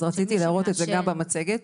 רציתי להראות את זה גם במצגת.